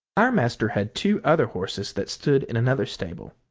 our master had two other horses that stood in another stable.